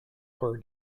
per